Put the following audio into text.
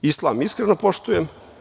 Islam iskreno poštujem.